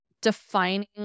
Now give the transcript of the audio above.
defining